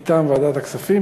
מטעם ועדת הכספים,